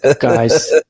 Guys